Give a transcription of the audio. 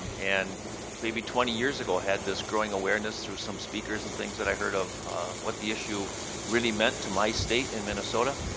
um and maybe twenty years ago had this growing awareness through some speakers and things that i heard of what the issue really meant to my state in minnesota.